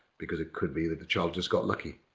because it could be that the child just got lucky.